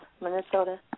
Minnesota